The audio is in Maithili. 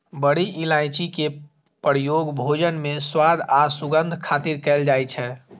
बड़ी इलायची के प्रयोग भोजन मे स्वाद आ सुगंध खातिर कैल जाइ छै